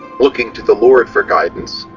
looking to the lord for guidance,